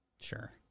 Sure